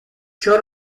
ciò